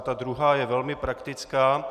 Ta druhá je velmi praktická.